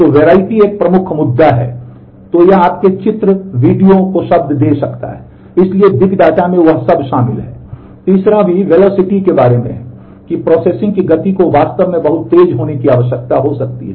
तो वैरायटी एक प्रमुख मुद्दा है तो यह आपके चित्र वीडियो को शब्द दे सकता है